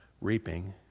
reaping